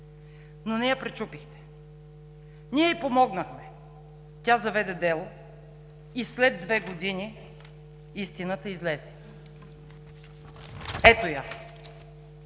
но не я пречупихте. Ние ѝ помогнахме. Тя заведе дело и след две години истината излезе. Ето я.